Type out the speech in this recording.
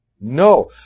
No